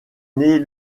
née